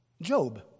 Job